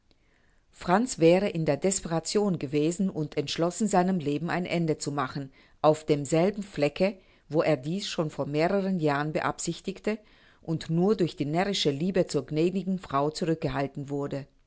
franz wäre in der desperation gewesen und entschlossen seinem leben ein ende zu machen auf demselben flecke wo er dieß schon vor mehreren jahren beabsichtigte und nur durch die närrische liebe zur gnädigen frau zurückgehalten wurde